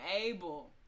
able